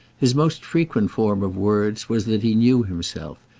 his most frequent form of words was that he knew himself,